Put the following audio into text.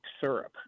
syrup